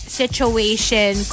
situation